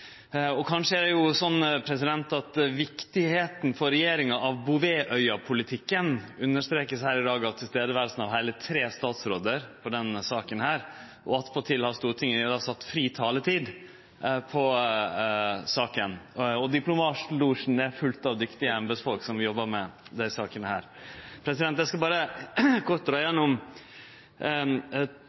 Kanskje vert viktigheita for regjeringa av Bouvetøya-politikken understreka av nærværet av heile tre statsråder i denne saka. Attpåtil har Stortinget sett fri taletid på saka, og diplomatlosjen er full av dyktige embetsfolk som jobbar med desse sakene. Eg skal berre kort gå gjennom